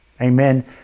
Amen